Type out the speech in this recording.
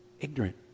Ignorant